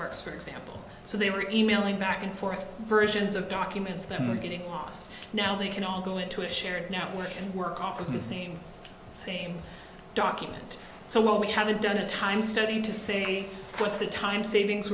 works for example so they were emailing back and forth versions of documents that are getting lost now they can all go into a shared now work and work off of the same same document so we haven't done a time study to say what's the time savings